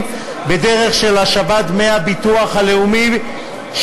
בדרך של השבת דמי הביטוח של עובדיהם,